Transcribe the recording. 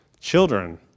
Children